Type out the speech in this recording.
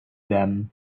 them